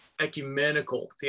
ecumenical